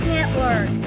Network